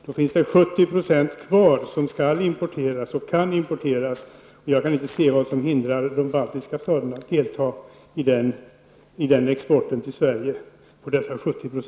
Då finns det 70 % kvar som skall och kan importeras. Jag kan inte se vad som hindrar de baltiska staterna att exportera till